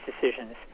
decisions